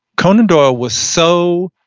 conan doyle was so